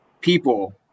people